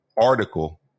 article